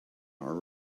are